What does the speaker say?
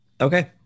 Okay